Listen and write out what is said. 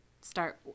start